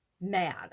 mad